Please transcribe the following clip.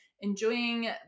enjoying